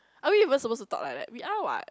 are we even suppose to talk like that we are what